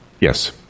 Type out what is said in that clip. yes